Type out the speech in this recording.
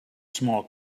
small